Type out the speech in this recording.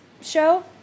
show